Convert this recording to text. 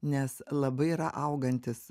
nes labai yra augantis